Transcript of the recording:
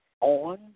on